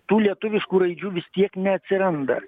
tų lietuviškų raidžių vis tiek neatsiranda